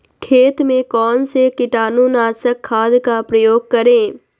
खेत में कौन से कीटाणु नाशक खाद का प्रयोग करें?